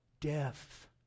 death